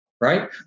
right